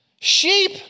Sheep